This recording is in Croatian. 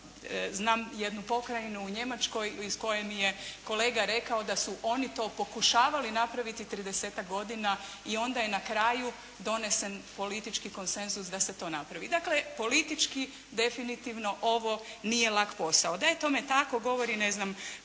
znam jednu pokrajinu u Njemačkoj iz koje mi je kolega rekao da su oni to pokušavali napraviti 30-tak godina i onda je na kraju donesen politički konsenzus da se to napravi. Dakle politički definitivno ovo nije lak posao. Da je tome tako, govori ne znam